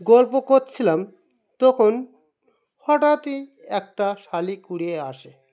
গল্প করছিলাম তখন হঠাৎই একটা শালিক উড়ে আসে